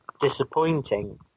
disappointing